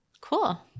cool